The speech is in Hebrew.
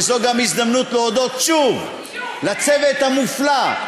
וזו גם הזדמנות להודות שוב לצוות המופלא,